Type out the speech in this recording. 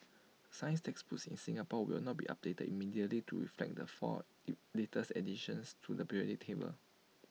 science textbooks in Singapore will not be updated immediately to reflect the four latest additions to the periodic table